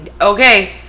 Okay